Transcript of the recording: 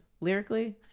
Lyrically